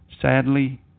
Sadly